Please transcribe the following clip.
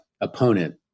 opponent